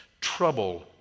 trouble